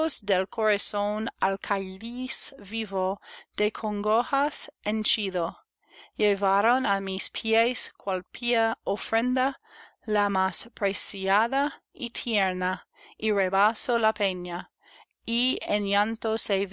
corazón al cáliz vivo de congojas henchido llevaron á sus piés cual pía ofrenda la más preciada y tierna y rebasó la pena y en